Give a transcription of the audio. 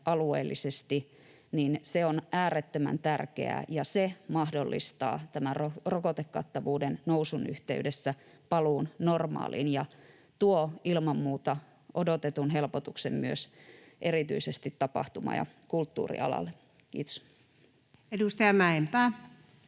alueellisesti, on äärettömän tärkeää, ja se mahdollistaa tämän rokotekattavuuden nousun yhteydessä paluun normaaliin ja tuo ilman muuta odotetun helpotuksen myös erityisesti tapahtuma- ja kulttuurialalle. — Kiitos. [Speech